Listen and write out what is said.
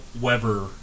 Weber